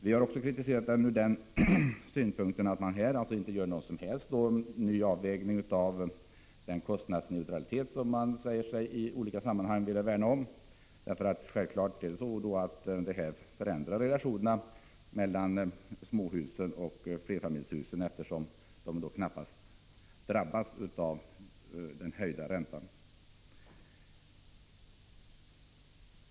Vi har kritiserat propositionen också från den synpunkten att man där inte har gjort någon avvägning när det gäller den kostnadsneutralitet som man i olika sammanhang säger sig vilja värna om. Med förslaget förändras självfallet relationerna mellan småhus och flerfamiljshus, eftersom de senare knappast kommer att drabbas av den höjda räntan.